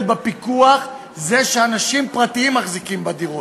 בפיקוח זה שאנשים פרטיים מחזיקים בדירות.